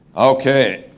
okay,